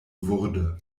wurde